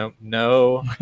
No